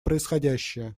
происходящее